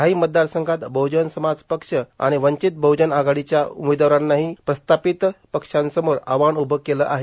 काही मतदारसंघात बहुजन समाज पक्ष आणि वंचित बहुजन आघाडीच्या उमेदवारांनीही प्रस्तापित पक्षांसमोर आव्हान उभं केलं आहे